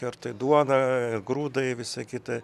ar tai duona grūdai visa kita